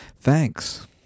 Thanks